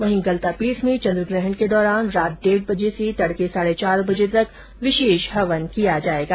वहीं गलता पीठ में चंद्रग्रहण के दौरान रात डेढ़ बजे से तड़के साढ़े चार बजे तक विशेष हवन किया जाएगा